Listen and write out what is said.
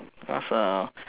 because